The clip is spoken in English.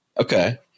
Okay